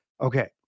Okay